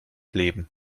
leben